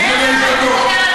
היא רוצה,